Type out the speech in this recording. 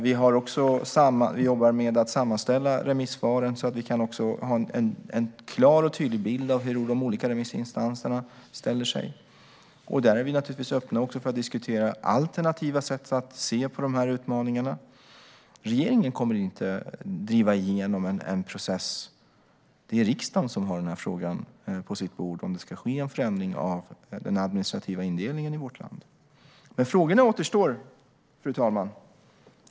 Vi jobbar med att sammanställa remissvaren så att vi kan ha en klar och tydlig bild av hur de olika remissinstanserna ställer sig. Där är vi naturligtvis öppna också för att diskutera alternativa sätt att se på de här utmaningarna. Regeringen kommer inte att driva igenom en process, utan det är riksdagen som har frågan på sitt bord om det ska ske en förändring av den administrativa indelningen i vårt land. Men frågorna återstår, fru talman.